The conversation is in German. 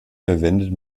verwendet